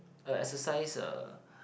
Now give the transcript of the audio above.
a exercise uh